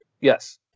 Yes